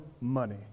money